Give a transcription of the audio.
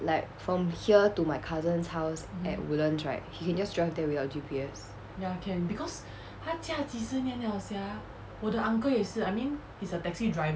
like from here to my cousin's house at woodlands right he just drive there without G_P_S